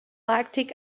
lactic